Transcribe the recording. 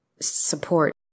support